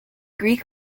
greek